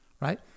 right